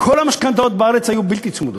כל המשכנתאות בארץ היו בלתי צמודות.